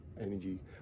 energy